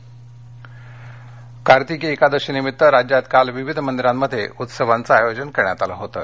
कार्तिकी एकादशी कार्तिकी एकादशीनिमित्त राज्यात काल विविध मंदिरामध्ये उत्सवाचं आयोजन करण्यात आलं होतं